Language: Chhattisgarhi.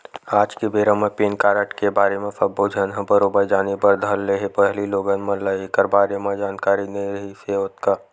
आज के बेरा म पेन कारड के बारे म सब्बो झन ह बरोबर जाने बर धर ले हे पहिली लोगन मन ल ऐखर बारे म जानकारी नइ रिहिस हे ओतका